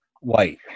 white